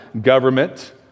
government